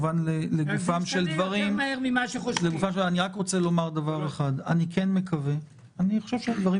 רק רוצה לומר דבר אחד: אני חושב שהדברים